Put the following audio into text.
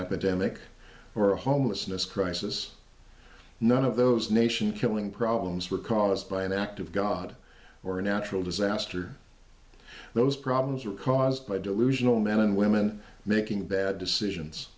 epidemic or a homelessness crisis none of those nation killing problems were caused by an act of god or a natural disaster those problems are caused by delusional men and women making bad decisions